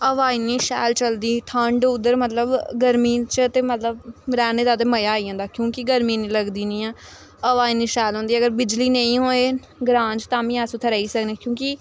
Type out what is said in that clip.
हवा इन्नी शैल चलदी ठंड उद्धर मतलब गर्मी च ते मतलब रैह्ने दा ते मजा आई जंदा क्योंकि गर्मी इन्नी लगदी निं ऐ हवा इन्नी शैल होंदी अगर बिजली नेईं होऐ ग्रांऽच तां बी अस उत्थै रेही सकनें क्योंकि